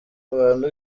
abantu